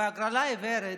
בהגרלה עיוורת,